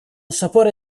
sapore